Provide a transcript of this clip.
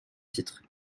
titres